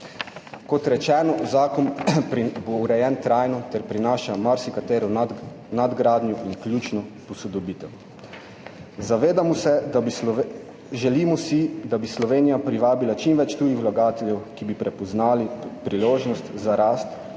Kot rečeno, zakon bo urejen trajno ter prinaša marsikatero nadgradnjo in ključno posodobitev. Želimo si, da bi Slovenija privabila čim več tujih vlagateljev, ki bi prepoznali priložnost za rast. Obenem